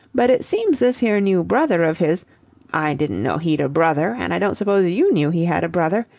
but it seems this here new brother of his i didn't know he'd a brother, and i don't suppose you knew he had a brother.